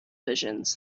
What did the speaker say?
visions